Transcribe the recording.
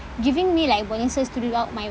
giving me like bonuses throughout my